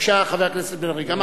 חבר הכנסת בן-ארי, בבקשה.